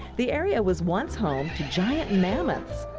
the area was once home to giant mammoths.